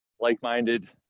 like-minded